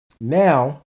now